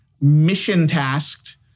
Mission-tasked